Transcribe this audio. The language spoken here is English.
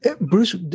Bruce